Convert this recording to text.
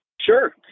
Sure